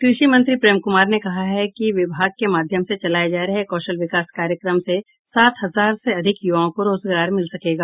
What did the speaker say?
कृषि मंत्री प्रेम कुमार ने कहा है कि विभाग के माध्यम से चलाये जा रहे कौशल विकास कार्यक्रम से सात हजार से अधिक युवाओं को रोजगार मिल सकेगा